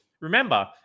Remember